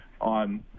on